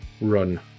run